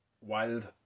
Wild